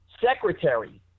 secretary